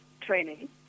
training